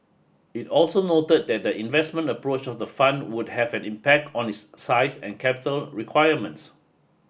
it also noted that the investment approach of the fund would have an impact on its size and capital requirements